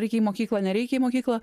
reik į mokyklą nereik į mokyklą